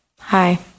Hi